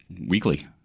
weekly